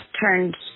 turned